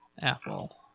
Apple